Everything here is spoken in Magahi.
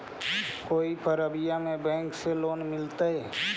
कोई परबिया में बैंक से लोन मिलतय?